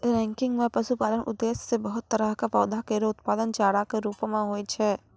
ranking म पशुपालन उद्देश्य सें बहुत तरह क पौधा केरो उत्पादन चारा कॅ रूपो म होय छै